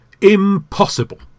Impossible